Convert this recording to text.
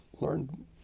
learned